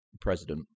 president